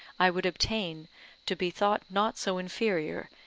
i would obtain to be thought not so inferior,